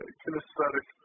kinesthetic